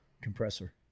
compressor